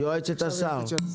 שהיא יועצת שר הבינוי והשיכון.